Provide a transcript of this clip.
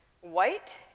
white